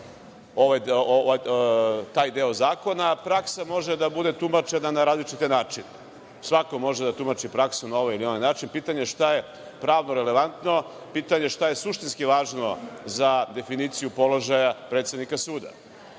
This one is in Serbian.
taj deo zakona. Praksa može da bude tumačena na razne načine. Svako može da tumači praksu na ovaj ili onaj način, pitanje je šta je pravno relevantno i pitanje je šta je suštinski važno za definiciju položaja predsednika suda.